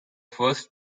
first